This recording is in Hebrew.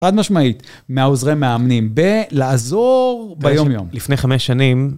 חד משמעית, מהעוזרי מאמנים בלעזור ביומיום. לפני חמש שנים...